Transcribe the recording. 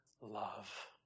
love